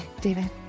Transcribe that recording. David